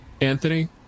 Anthony